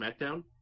SmackDown